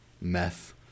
meth